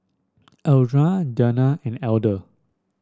Eldred Dawna and Elder